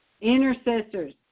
intercessors